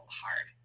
hard